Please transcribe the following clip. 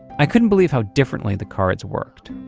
i couldn't believe how differently the cards worked.